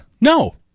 No